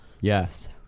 Yes